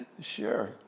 sure